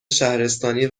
شهرستانی